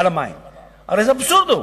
הרי זה אבסורד.